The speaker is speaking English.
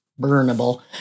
burnable